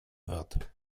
wird